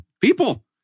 people